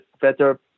better